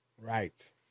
Right